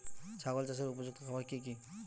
ছাগল চাষের উপযুক্ত খাবার কি কি?